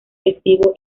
festivo